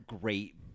great